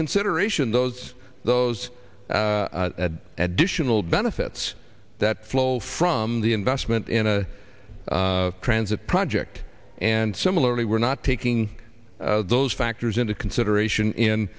consideration those those additional benefits that flow from the investment in a transit project and similarly we're not taking those factors into consideration in